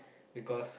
because